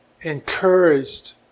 encouraged